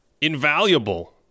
invaluable